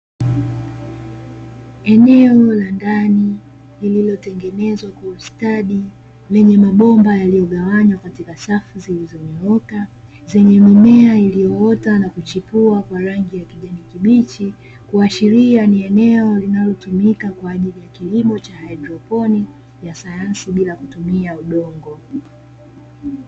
Eneo la ndani lililotengenezwa kwa ustadi lenye mabomba yaliyogawanywa katika safu zilizonyooka zenye mimea ilioota na kuchipua kwa rangi ya kijani kibichi, kuashiria ni eneo linalotumika kwa ajili ya kilimo cha hydroponi ya sayansi bila kutumia udongo.